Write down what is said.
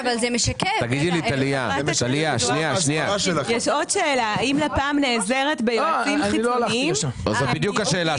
יש עוד שאלה: האם לפ"מ נעזרת ביועצים חיצוניים לחברה